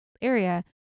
area